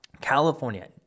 California